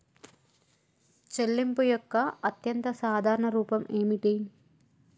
చెల్లింపు యొక్క అత్యంత సాధారణ రూపం ఏమిటి?